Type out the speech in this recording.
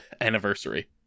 anniversary